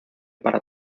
para